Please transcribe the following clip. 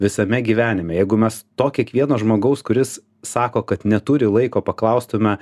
visame gyvenime jeigu mes to kiekvieno žmogaus kuris sako kad neturi laiko paklaustume